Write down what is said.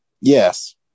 Yes